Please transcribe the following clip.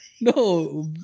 No